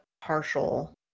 partial